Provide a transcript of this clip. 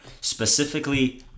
Specifically